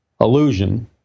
illusion